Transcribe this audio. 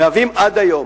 מהווים עד היום